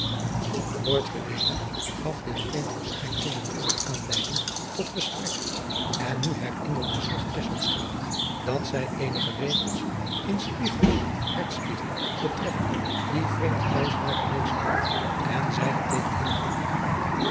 deelen voortgereden gas dit vreemd verschijnsel natuurlijk aanleiding tot gesprek en nu herinnerde zich tesselschade dat zij eenige regels in spieghels hertspieghel betreffende dien vreemden kluizenaar gelezen had en